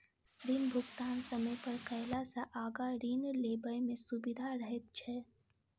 ऋण भुगतान समय पर कयला सॅ आगाँ ऋण लेबय मे सुबिधा रहैत छै